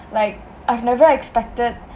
like I've never expected